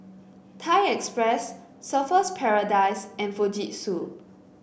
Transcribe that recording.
Thai Express Surfer's Paradise and Fujitsu